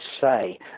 say